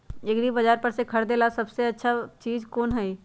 एग्रिबाजार पर से खरीदे ला सबसे अच्छा चीज कोन हई?